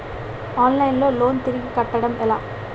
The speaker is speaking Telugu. ఆన్లైన్ లో లోన్ తిరిగి కట్టడం ఎలా?